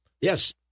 Yes